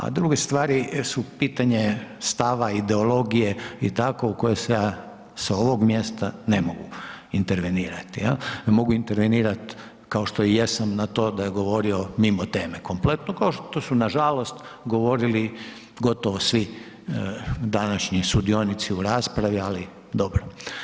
A druge stvari su pitanje stava ideologije i tako u koje ja sa ovoga mjesta ne mogu intervenirati jel, mogu intervenirat kao što i jesam na to da je govorio mimo teme kompletno, kao što su nažalost govorili gotovo svi današnji sudionici u raspravi, ali dobro.